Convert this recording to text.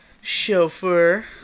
chauffeur